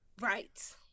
Right